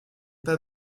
pas